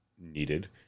needed